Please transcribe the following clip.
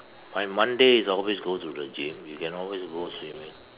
my Monday is always go to the gym you can always go swimming